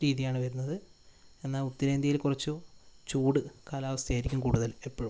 രീതിയാണ് വരുന്നത് എന്നാൽ ഉത്തരേന്ത്യയിൽ കുറച്ചും ചൂട് കാലാവസ്ഥയായിരിക്കും കൂടുതൽ എപ്പോഴും